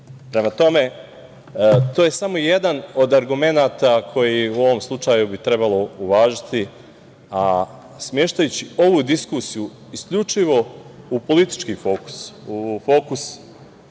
RTVRS.Prema tome, to je samo jedan od argumenata koji bi u ovom slučaju trebalo uvažiti, a smeštajući ovu diskusiju isključivo u politički fokus, u fokus